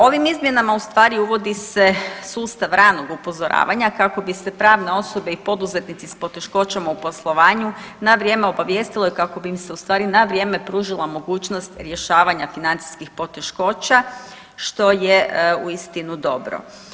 Ovim izmjenama u stvari uvodi se sustav ranog upozoravanja kako bi se pravne osobe i poduzetnici s poteškoćama u poslovanju na vrijeme obavijestilo i kako bi im se u stvari na vrijeme pružila mogućnost rješavanja financijskih poteškoća što je uistinu dobro.